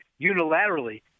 unilaterally